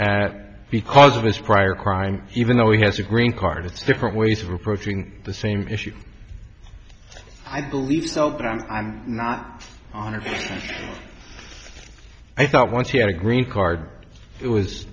s because of his prior crime even though he has a green card it's different ways of approaching the same issue i believe so i'm not honored i thought once he had a green card it was